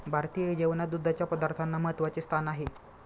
भारतीय जेवणात दुधाच्या पदार्थांना महत्त्वाचे स्थान आहे